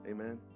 Amen